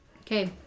Okay